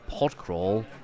Podcrawl